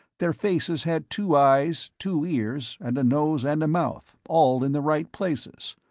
their faces had two eyes, two ears, and a nose and mouth, all in the right places.